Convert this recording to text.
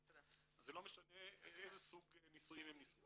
זה לא משנה איזה סוג נישואין הם נישאו.